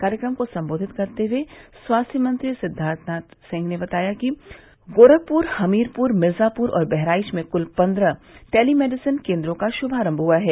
कार्यक्रम को सम्बोधित करते हये स्वास्थ्य मंत्री सिद्वार्थनाथ सिंह ने बताया कि गोरखपुर हमीरपुर मिर्जपुर और बहराइच में क्ल पन्द्रह टेलीमेडिसिन केन्द्रों का श्भारम्भ हुआ है